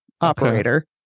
operator